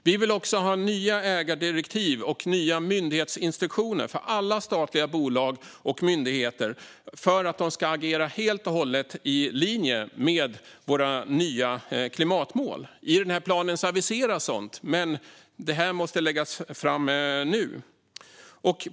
Vi vill ha nya ägardirektiv och nya myndighetsinstruktioner för alla statliga bolag och myndigheter för att de ska agera helt och hållet i linje med våra nya klimatmål. I planen aviseras sådant, men det måste läggas fram nu.